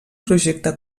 projecte